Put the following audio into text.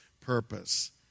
purpose